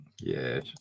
Yes